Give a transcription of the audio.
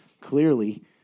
Clearly